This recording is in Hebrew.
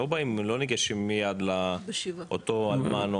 לא ניגשים מיד לאותו אלמן,